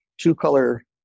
two-color